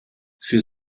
für